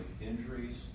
injuries